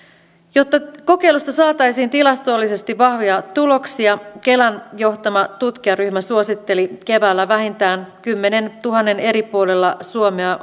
jotta kokeilusta saataisiin tilastollisesti vahvoja tuloksia kelan johtama tutkijaryhmä suositteli keväällä vähintään kymmenentuhannen eri puolilla suomea